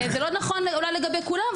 זה אולי לא נכון לגבי כולם,